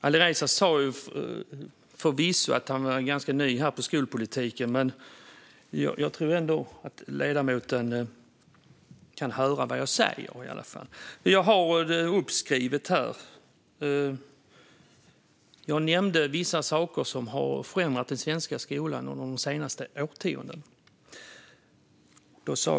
Alireza sa förvisso att han var ganska ny i skolpolitiken, men jag tror ändå att ledamoten i alla fall kan höra vad jag säger. Jag har mitt anförande nedskrivet här. Jag nämnde vissa saker som har förändrat den svenska skolan de senaste årtiondena.